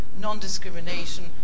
non-discrimination